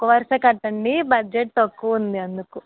ఒక వరసే కట్టండి బడ్జెట్ తక్కువ ఉంది అందుకు